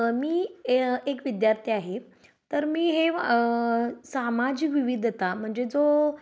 मी एक विद्यार्थी आहे तर मी हे सामाजिक विविधता म्हणजे जो